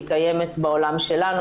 היא קיימת בעולם שלנו,